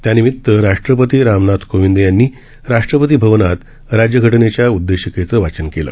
त्यानिमित राष्ट्रपती रामनाथ कोविंद यांनी राष्ट्रपती भवनात राज्यघटनेच्या उददेशिकेचं वाचन केलं